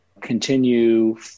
continue